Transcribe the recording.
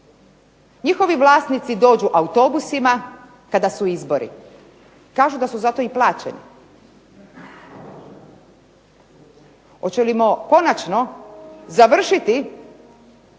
Njihovi vlasnici dođu autobusima kada su izbori, kažu da su za to i plaćeni. Hoćemo li konačno završiti